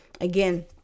Again